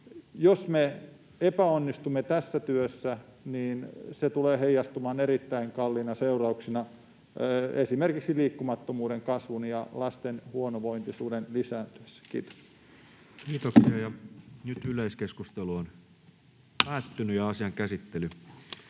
jos me epäonnistumme tässä työssä, niin se tulee heijastumaan erittäin kalliina seurauksina esimerkiksi liikkumattomuuden kasvun ja lasten huonovointisuuden lisääntyessä. — Kiitos. === STRUCTURED CONTENT ===